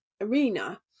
arena